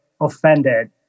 offended